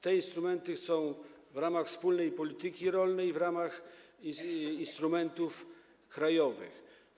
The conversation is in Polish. Te instrumenty są w ramach wspólnej polityki rolnej w ramach instrumentów krajowych.